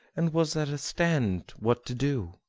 and was at a stand what to do.